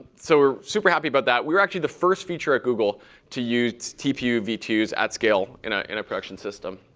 so we're super happy about that. we were actually the first feature at google to use t p u v two s at scale in ah in a production system.